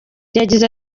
yagize